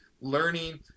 learning